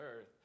earth